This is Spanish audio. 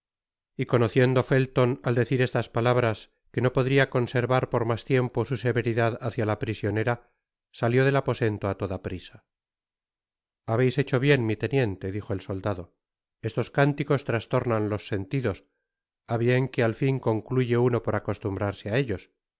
y conociendo felton al decir estas palabras que no podria conservar por mas tiempo su severidad hácia la prisionera salió del aposento á toda prisa habeis hecho bien mi teniente dijo el soldado estos cánticos trastornan los sentidos á bien que at fin concluye uno por acostumbrarse á eltos